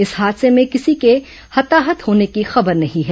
इस हादसे में किसी के हताहत होने की खबर नहीं है